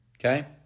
Okay